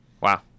Wow